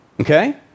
Okay